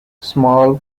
small